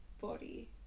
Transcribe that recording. body